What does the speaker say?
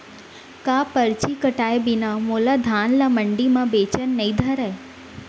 का परची कटाय बिना मोला धान ल मंडी म बेचन नई धरय?